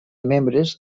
membres